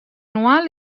anual